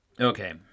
Okay